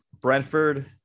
Brentford